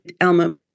Elmo